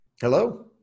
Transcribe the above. Hello